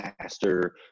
faster